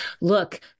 look